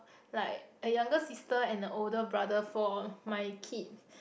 like a younger sister and a older brother for my kid